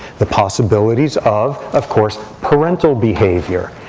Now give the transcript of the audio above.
the possibilities of, of course, parental behavior,